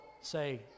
say